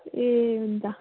ए हुन्छ